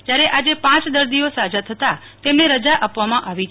જયારે આજે પ દર્દીઓ સા જા થતાં તેમને રજા આપવામાં આવી છે